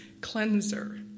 cleanser